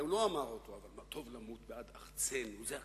אני